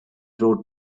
wrote